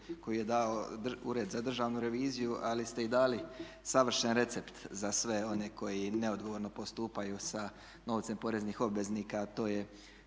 koju je dao Ured za državnu reviziju ali ste i dali savršen recept za sve one koji neodgovorno postupaju sa novcem poreznih obveznika a to je